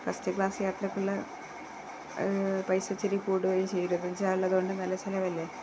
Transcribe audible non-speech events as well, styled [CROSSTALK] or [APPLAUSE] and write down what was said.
first class യാത്രയ്ക്കുള്ള പൈസ ഇച്ചിരി കൂടുകയും ചെയ്യ [UNINTELLIGIBLE] തുകൊണ്ടു നല്ല ചെലവല്ലേ